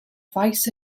faes